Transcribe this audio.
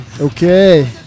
Okay